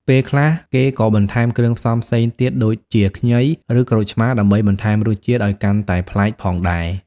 ពេលខ្លះ គេក៏បន្ថែមគ្រឿងផ្សំផ្សេងទៀតដូចជាខ្ញី ឬក្រូចឆ្មារដើម្បីបន្ថែមរសជាតិឲ្យកាន់តែប្លែកផងដែរ។